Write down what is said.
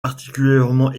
particulièrement